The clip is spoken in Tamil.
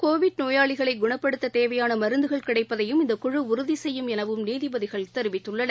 கோவிட் நோயாளிகளைகுணப்படுத்ததேவையானமருந்துகள் மேலம் கிடைப்பதையும் இந்தக்குழுஉறுதிசெய்யும் எனவும் நீதிபதிகள் தெரிவித்துள்ளனர்